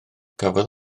cafodd